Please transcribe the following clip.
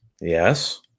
Yes